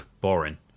Boring